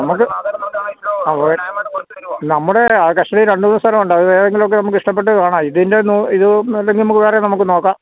നമുക്ക് നമ്മുടെ കസ്റ്റഡിയില് രണ്ടുമൂന്ന് സ്ഥലമുണ്ട് അതില് ഏതെങ്കിലുമൊക്കെ നമുക്ക് ഇഷ്ടപ്പെട്ട് കാണാം ഇതിൻ്റെ ഇത് അല്ലെങ്കില് നമുക്ക് വേറെ നമുക്ക് നോക്കാം